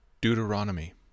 Deuteronomy